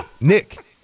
Nick